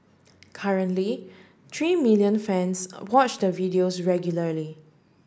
currently three million fans watch the videos regularly